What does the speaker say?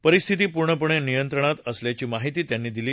परिस्थिती पूर्णपणे नियंत्रणात असल्याची माहिती त्यांनी दिली